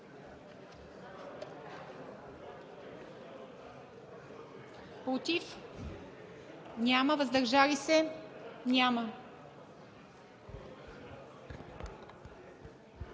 Против? Няма. Въздържал се? Един.